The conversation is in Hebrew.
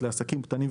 דפוס קטן?